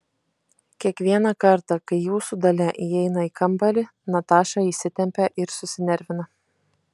kiekvieną kartą kai jūsų dalia įeina į kambarį nataša įsitempia ir susinervina